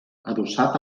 adossat